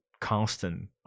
constant